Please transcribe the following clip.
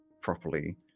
properly